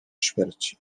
śmierci